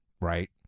right